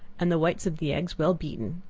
and the whites of the eggs well beaten.